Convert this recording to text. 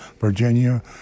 Virginia